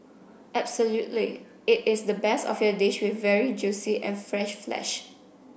absolutely it is the best of your dish with very juicy and fresh flesh